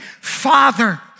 Father